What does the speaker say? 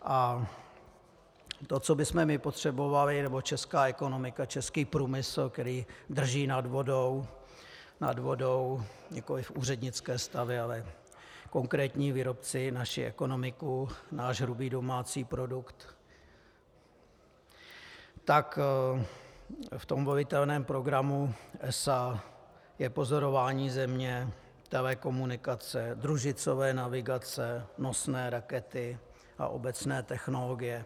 A to, co bychom my potřebovali, nebo česká ekonomika, český průmysl, který drží nad vodou nikoliv úřednické stavy, ale konkrétní výrobci, naši ekonomiku, náš hrubý domácí produkt, tak v tom volitelném programu ESA je pozorování Země, telekomunikace, družicové navigace, nosné rakety a obecné technologie.